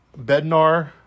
Bednar